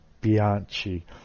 Bianchi